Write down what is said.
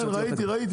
כן, ראיתי.